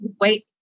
wait